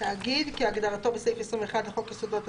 "תאגיד" כהגדרתו בסעיף 21 לחוק יסודות התקציב,